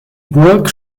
burg